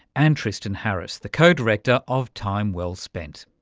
and tristan harris, the co-director of time well spent.